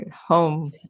home